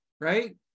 right